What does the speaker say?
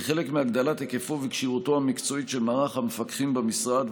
כחלק מהגדלת היקפו וכשירותו המקצועית של מערך המפקחים במשרד,